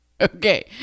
okay